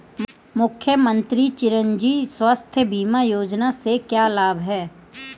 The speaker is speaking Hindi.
मुख्यमंत्री चिरंजी स्वास्थ्य बीमा योजना के क्या लाभ हैं?